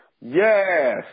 Yes